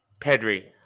Pedri